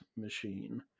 machine